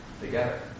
together